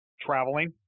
traveling